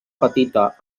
petita